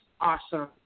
awesome